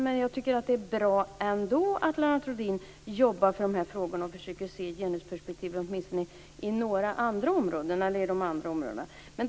Men jag tycker ändå att det är bra att Lennart Rohdin jobbar för de här frågorna och försöker se ett genusperspektiv åtminstone inom de andra områdena.